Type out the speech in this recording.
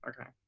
Okay